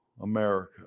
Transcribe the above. America